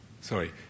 sorry